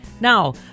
Now